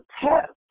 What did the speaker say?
test